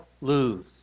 lose